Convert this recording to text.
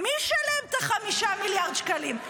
מי ישלם 5 מיליארד שקלים?